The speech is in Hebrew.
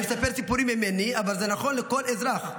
אני מספר סיפורים ממני אבל זה נכון לגבי כל אזרח,